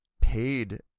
paid